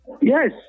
Yes